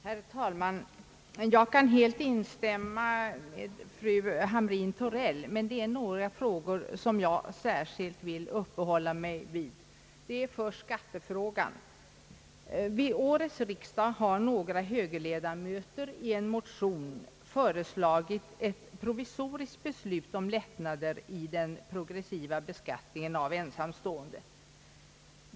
Herr talman! Jag kan helt instämma med fru Hamrin-Thorell, men det är några frågor som jag särskilt vill uppehålla mig vid. Det är först skattefrågan. Vid årets riksdag har några högerledamöter i en motion föreslagit ett provisoriskt beslut om lättnader i den progressiva beskattningen av ensamstående.